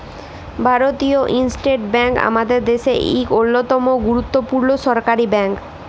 ভারতীয় state bank আমাদের দ্যাশের ইক অল্যতম গুরুত্তপুর্ল সরকারি ব্যাংক